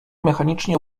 mechanicznie